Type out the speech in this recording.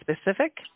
specific